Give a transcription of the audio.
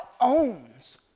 owns